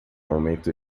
aumento